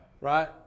right